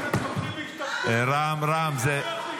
מקואליציה --- חיילים.